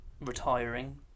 retiring